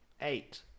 Eight